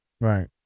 Right